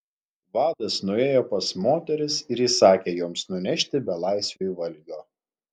vadas nuėjo pas moteris ir įsakė joms nunešti belaisviui valgio